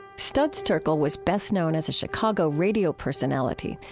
studs terkel was best known as a chicago radio personality.